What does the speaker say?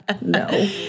No